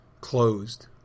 closed